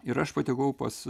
ir aš patekau pas